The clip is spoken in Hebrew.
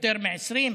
יותר מ-20,